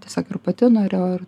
tiesiog ir pati norėjau ir